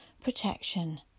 protection